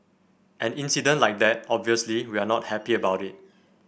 an incident like that obviously we are not happy about it